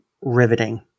riveting